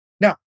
Now